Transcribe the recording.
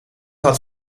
had